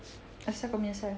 asal kau menyesal